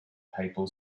papal